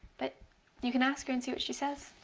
but you can ask her and see what she says.